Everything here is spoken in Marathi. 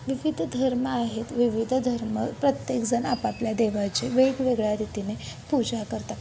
विविध धर्म आहेत विविध धर्म प्रत्येकजण आपापल्या देवाचे वेगवेगळ्या रीतीने पूजा करतात